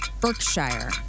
Berkshire